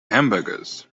hamburgers